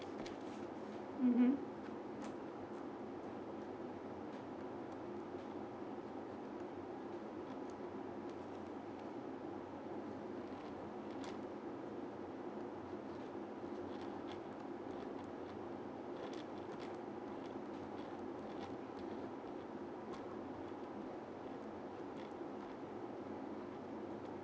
mmhmm